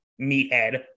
meathead